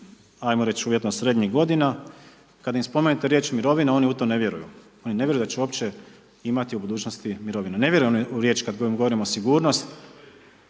ajmo reći uvjetno srednji godina kad im spomenute riječ mirovina, oni u to ne vjeruju, oni ne vjeruju da će uopće imati u budućnosti mirovinu. Ne vjeruju u riječ kad govorimo sigurnost